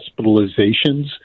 hospitalizations